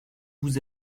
vous